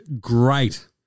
great